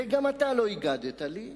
וגם אתה לא הגדת לי,